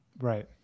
right